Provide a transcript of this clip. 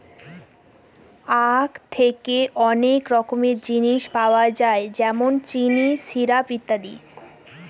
আঁখ থেকে অনেক রকমের জিনিস পাওয়া যায় যেমন চিনি, সিরাপ, ইত্যাদি